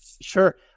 Sure